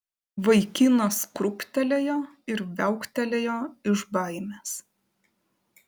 vaikinas krūptelėjo ir viauktelėjo iš baimės